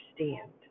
understand